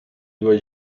due